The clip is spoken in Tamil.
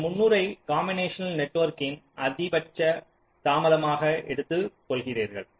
நீங்கள் 300 ஐ காம்பினேஷனால் நெட்வொர்க்கின் அதிகபட்ச தாமதமாக எடுத்துக் கொள்கிறீர்கள்